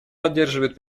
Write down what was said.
поддерживает